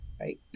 right